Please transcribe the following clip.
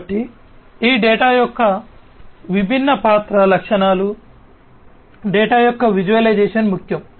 కాబట్టి ఈ డేటా యొక్క ఈ విభిన్న పాత్ర లక్షణాలు డేటా యొక్క విజువలైజేషన్ ముఖ్యం